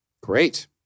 great